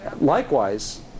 likewise